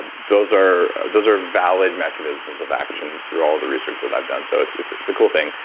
those are those are valid mechanisms of action through all the research that i've done, so it's it's a cool thing.